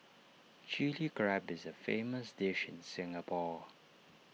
Chilli Crab is A famous dish in Singapore